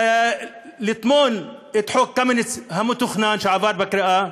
לטמון את חוק קמיניץ המתוכנן שעבר בקריאה,